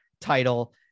title